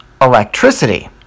Electricity